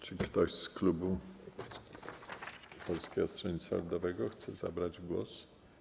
Czy ktoś z klubu Polskiego Stronnictwa Ludowego chce zabrać głos?